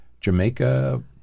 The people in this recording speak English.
Jamaica